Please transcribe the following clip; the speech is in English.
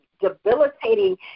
debilitating